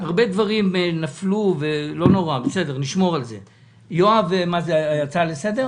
יש לך הצעה לסדר?